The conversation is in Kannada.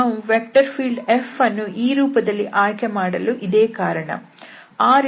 ನಾವು ವೆಕ್ಟರ್ ಫೀಲ್ಡ್ F ಅನ್ನು ಈ ರೂಪದಲ್ಲಿ ಆಯ್ಕೆ ಮಾಡಲು ಇದೇ ಕಾರಣ